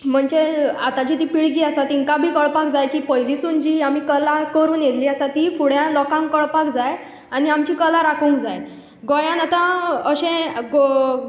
म्हणजे आतांची ती पिळगी आसा तिंका बी कळपाक जाय की पयलींसून जी आमी कला करून येयल्ली आसा ती फुड्या लोकांक कळपाक जाय आनी आमची कला राखूंक जाय गोंयान आतां अशें गो